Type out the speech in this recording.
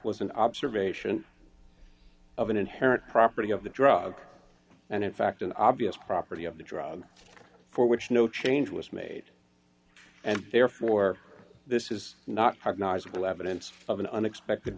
was an observation of an inherent property of the drug and in fact an obvious property of the drug for which no change was made and therefore this is not knowledgeable evidence of an unexpected